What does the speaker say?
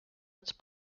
its